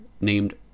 named